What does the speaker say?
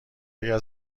اگر